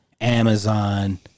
Amazon